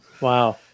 Wow